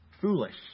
Foolish